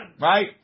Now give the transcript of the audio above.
right